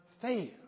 fail